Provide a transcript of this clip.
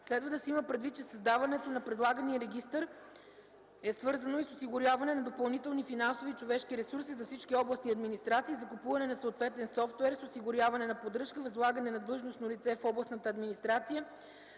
Следва да се има предвид, че създаването на предлагания регистър е свързано с осигуряване на допълнителни финансови и човешки ресурси за всички областни администрации, за закупуване на съответен софтуер с осигуряване на поддръжка, възлагане на длъжностно лице в областната администрация